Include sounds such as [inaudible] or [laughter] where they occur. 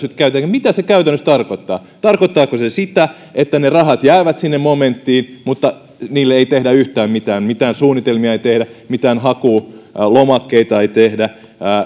[unintelligible] nyt käytetäänkin käytännössä tarkoittaa tarkoittaako se sitä että ne rahat jäävät sinne momenttiin mutta niille ei tehdä yhtään mitään mitään suunnitelmia ei tehdä mitään hakulomakkeita ei tehdä